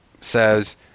says